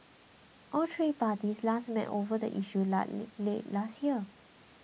all three parties last met over the issue late last year